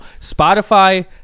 Spotify